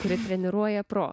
kuri treniruoja protą